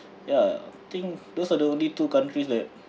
ya I think those are the only two countries that